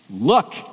Look